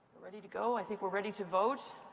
ready to go? i think we're ready to vote.